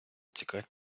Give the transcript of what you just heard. тікать